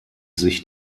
sich